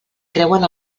creuen